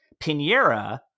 Pinera